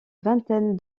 vingtaine